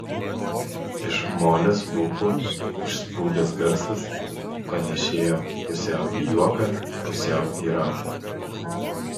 iš molės lūpų išsprūdęs garsas panėšėjo pusiau į juoką pusiau į raudą